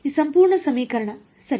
ಈ ಸಂಪೂರ್ಣ ಸಮೀಕರಣ ಸರಿ